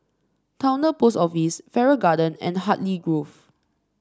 Towner Post Office Farrer Garden and Hartley Grove